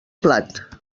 plat